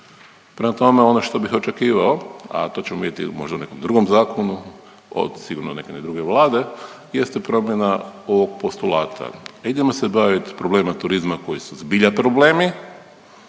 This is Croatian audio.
Prema tome, ono što bih očekivao, a to ćemo vidjeti možda u nekom drugom zakonu, od sigurno .../Govornik se ne razumije./... vlade jeste promjena ovog postulata. Idemo se bavit problemima turizma koji su zbilja problemi,